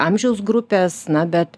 amžiaus grupės na bet